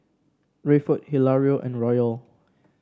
Rayford Hilario and Royal